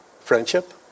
friendship